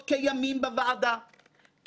כמה מילים בנימה אישית יותר: